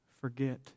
forget